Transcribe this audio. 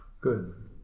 Good